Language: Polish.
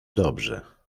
dobrze